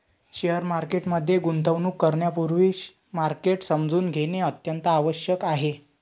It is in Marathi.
शेअर मार्केट मध्ये गुंतवणूक करण्यापूर्वी मार्केट समजून घेणे अत्यंत आवश्यक आहे